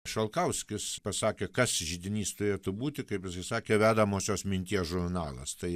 šalkauskis pasakė kas židinys turėtų būti kaip jisai sakė vedamosios minties žurnalas tai